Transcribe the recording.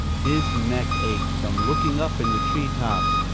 his neck ached from looking up in the tree-tops,